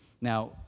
Now